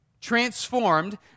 Transformed